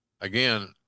again